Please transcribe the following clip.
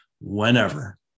whenever